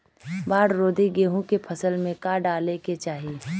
बाढ़ रोधी गेहूँ के फसल में का डाले के चाही?